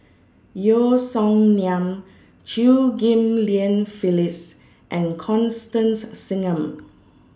Yeo Song Nian Chew Ghim Lian Phyllis and Constance Singam